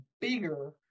bigger